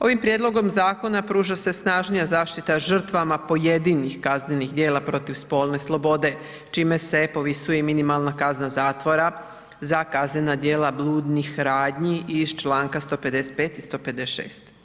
Ovim prijedlogom zakona pruža se snažnija zaštita žrtvama pojedinih kaznenih djela protiv spolne slobode čime se povisuje i minimalna kazna zatvora za kaznena djela bludnih radnji iz članka 155. i 156.